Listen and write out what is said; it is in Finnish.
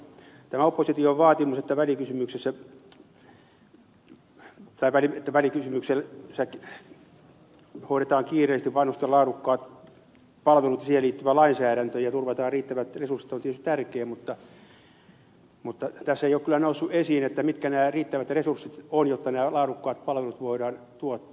tämä opposition välikysymyksessä esittämä vaatimus että hoidetaan kiireesti vanhusten laadukkaat palvelut ja niihin liittyvä lainsäädäntö ja turvataan riittävät resurssit on tietysti tärkeä mutta tässä ei ole kyllä noussut esiin mitkä nämä riittävät resurssit ovat jotta nämä laadukkaat palvelut voidaan tuottaa